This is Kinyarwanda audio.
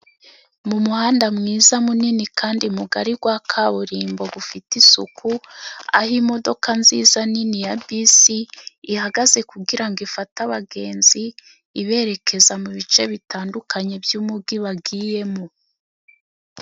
Mu muhanda mwiza munini kandi mugari gwa kaburimbo gufite isuku, aho imodoka nziza nini ya bisi ihagaze kugirango ifate abagenzi iberekeza mu bice bitandukanye by'umugi bagiyemo.